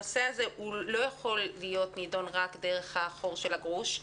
הנושא הזה לא יכול להידון רק דרך החור של הגרוש.